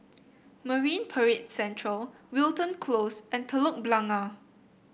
Marine Parade Central Wilton Close and Telok Blangah